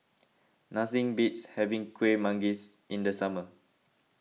nothing beats having Kueh Manggis in the summer